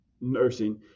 nursing